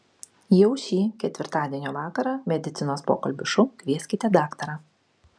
jau šį ketvirtadienio vakarą medicinos pokalbių šou kvieskite daktarą